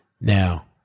now